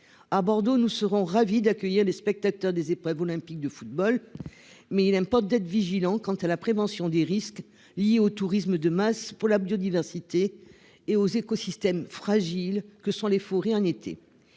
à Bordeaux, nous serons ravis d'accueillir des spectateurs des épreuves olympiques de football mais il n'aime pas d'être vigilant quant à la prévention des risques liés au tourisme de masse pour la biodiversité. Et aux écosystèmes fragiles que sont les forêts en été.